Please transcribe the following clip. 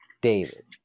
David